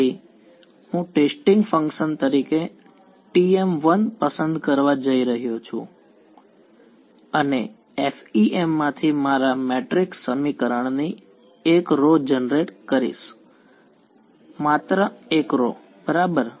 તેથી હું testing function તરીકે Tm1પસંદ કરવા જઈ રહ્યો છું અને FEM માંથી મારા મેટ્રિક્સ સમીકરણની એક રૉ જનરેટ કરીશ માત્ર એક રૉ બરાબર